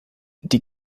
die